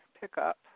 pickup